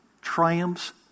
triumphs